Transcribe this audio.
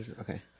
okay